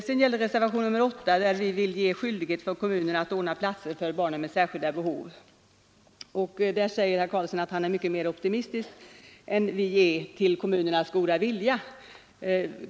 I fråga om reservationen 8, där vi vill ge skyldighet för kommunerna att ordna platser för barn med särskilda behov, säger herr Karlsson att han är mycket mer optimistisk än vi inför kommunernas goda vilja.